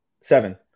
seven